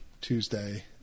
Tuesday